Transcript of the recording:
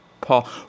paul